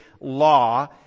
law